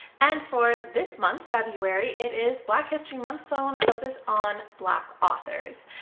and for this month february it is black history month so i want to focus on black authors.